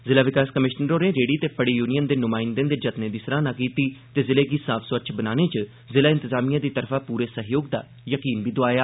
जिला विकास कमिशनर होरें रेहड़ी ते फड़ी यूनियन दे नुमाइंदें दे जतनें दी सराह्ना कीती ते जिले गी साफ स्वच्छ बनाने च जिला इंतजामिया दी तरफा पूरे सैह्योग दा यकीन बी दोआया